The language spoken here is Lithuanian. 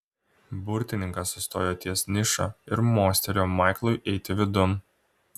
burtininkas sustojo ties niša ir mostelėjo maiklui eiti vidun